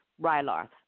Rylarth